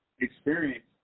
experience